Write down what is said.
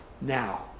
now